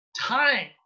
time